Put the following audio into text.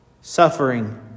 suffering